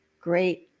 great